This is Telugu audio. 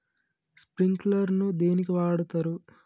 స్ప్రింక్లర్ ను దేనికి వాడుతరు?